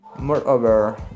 Moreover